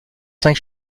cinq